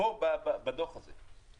פה בדוח הזה.